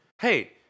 hey